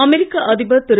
அமெரிக்க அதிபர் திரு